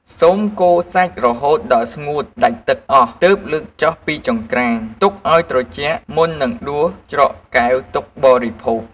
សូមកូរសាច់រហូតដល់ស្ងួតដាច់ទឹកអស់ ទើបលើកចុះពីចង្រ្កុាន ទុកឱ្យត្រជាក់ មុននឹងដួសច្រកកែវទុកបរិភោគ។